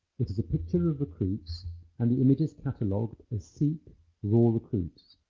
it is a picture of recruits and the image is catalogued as sikh raw recruits.